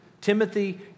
Timothy